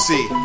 See